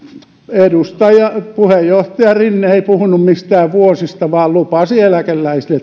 puheenjohtaja rinne ei puhunut mistään vuosista vaan lupasi eläkeläisille